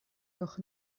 doch